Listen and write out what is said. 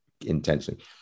intentionally